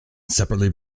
separately